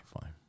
fine